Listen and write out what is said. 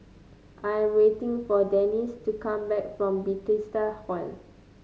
I am waiting for Denisse to come back from Bethesda Hall